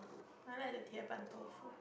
I like the tie ban dou-fu